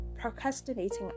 procrastinating